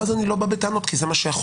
ואז אני לא בא בטענות כי זה מה שהחוק.